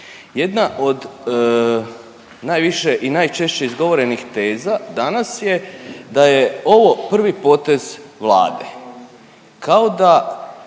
Jedna od najviše i najčešće izgovorenih teza danas je da je ovo prvi potez Vlade